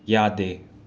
ꯌꯥꯗꯦ